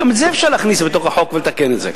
גם את זה אפשר להכניס בתוך החוק ולתקן את זה.